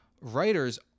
writers